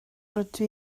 rydw